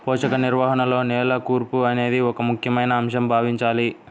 పోషక నిర్వహణలో నేల కూర్పు అనేది ఒక ముఖ్యమైన అంశంగా భావించాలి